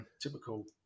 typical